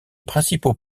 principaux